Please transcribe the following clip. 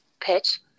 Pitch